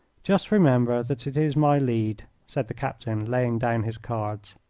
just remember that it is my lead, said the captain, laying down his cards.